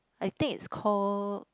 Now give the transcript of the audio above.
I think it's called